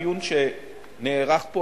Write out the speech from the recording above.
על הדיון שנערך פה,